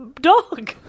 dog